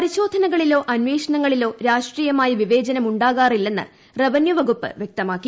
പരിശോധനകളിലോ അന്വേഷണങ്ങളിലോ രാഷ്ട്രീയമായ വിവേചനം ഉണ്ടാകാറില്ലെന്ന് റവന്യൂ വകുപ്പ് വൃക്തമാക്കി